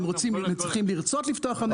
הם צריכים לרצות לפתוח חנויות.